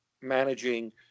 managing